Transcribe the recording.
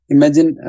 Imagine